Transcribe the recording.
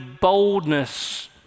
boldness